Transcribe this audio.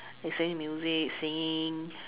listening music singing